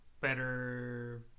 better